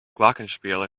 glockenspiel